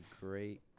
great